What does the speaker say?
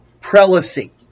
prelacy